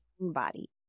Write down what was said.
body